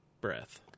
breath